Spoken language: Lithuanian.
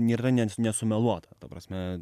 nėra ne nesumeluota ta prasme